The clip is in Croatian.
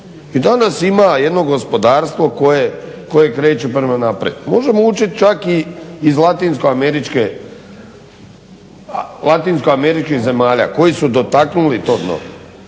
i danas ima jedno gospodarstvo koje kreće prema naprijed, možemo učiti čak iz Latinsko Američkih zemalja koje su dotaknule to dno.